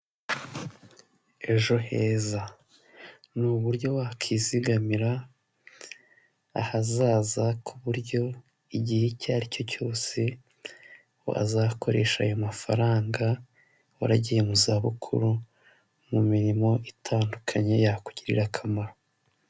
Ejo heza ni uburyo wakwizigamira ahazaza ku buryo igihe icyo ari cyo cyose wa azakoresha ayo mafaranga waragiye mu za bukuru mu mirimo itandukanye yakugirira akamaro.